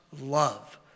love